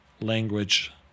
language